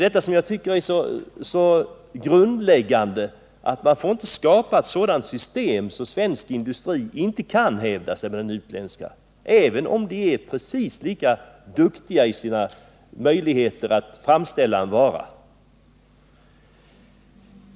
Det grundläggande tycker jag är att man inte får skapa ett sådant system att svensk industri inte kan hävda sig mot den utländska, även om de svenska företagen och de utländska är precis lika duktiga att framställa en vara.